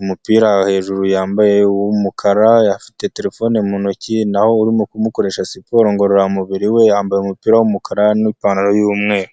umupira hejuru yambaye w'umukara, afite telefone mu ntoki, naho urimo kumukoresha siporo ngororamubiri we, yambaye umupira w'umukara n'ipantaro y'umweru.